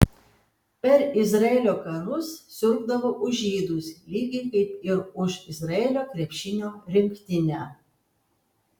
per izraelio karus sirgdavau už žydus lygiai kaip ir už izraelio krepšinio rinktinę